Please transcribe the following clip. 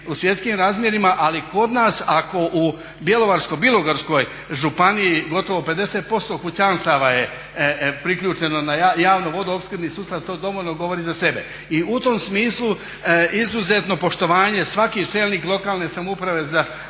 u svjetskim razmjerima. Ali kod nas ako u Bjelovarsko-bilogorskoj županiji gotovo 50% kućanstava je priključeno na javno vodoopskrbni sustav, to dovoljno govori za sebe. I u tom smislu izuzetno poštovanje, svaki čelnik lokalne samouprave